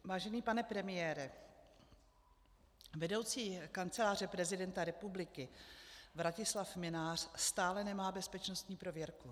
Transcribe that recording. Vážený pane premiére, vedoucí Kanceláře prezidenta republiky Vratislav Mynář stále nemá bezpečnostní prověrku.